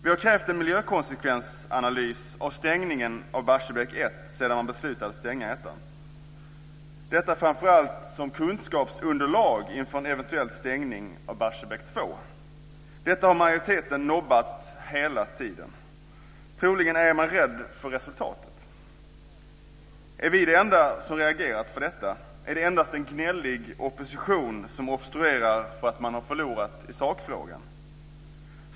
Vi har krävt en miljökonsekvensanalys av stängningen av Barsebäck 1 sedan beslutet att stänga 1:an, framför allt som kunskapsunderlag inför en eventuell stängning av Barsebäck 2. Detta har majoriteten nobbat hela tiden. Troligen är man rädd för resultatet. Är vi de enda som har reagerat för detta? Är det endast en gnällig opposition som obstruerar för att man har förlorat i sakfrågan?